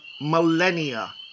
millennia